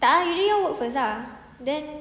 tak ah you do your work first ah then